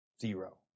Zero